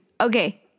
Okay